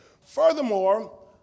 Furthermore